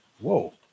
whoa